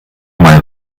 mal